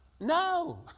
No